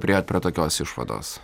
priėjot prie tokios išvados